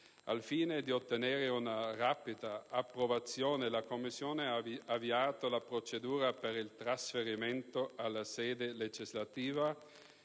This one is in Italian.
al fine di ottenere una rapida approvazione, la Commissione ha avviato la procedura per il trasferimento in sede legislativa.